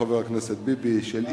אוה, שלום חבר הכנסת ביבי, מה שלומך?